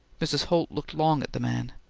mrs. holt looked long at the man.